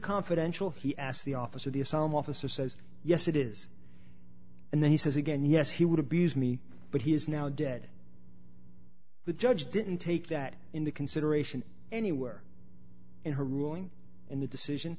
confidential he asked the officer the asylum officer says yes it is and then he says again yes he would abuse me but he is now dead the judge didn't take that into consideration anywhere in her ruling in the decision